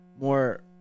more